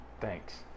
Thanks